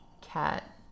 cat